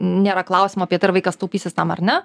nėra klausimo apie tai ar vaikas taupysis tam ar ne